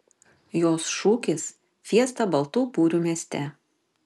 jos šūkis fiesta baltų burių mieste